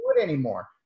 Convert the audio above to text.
anymore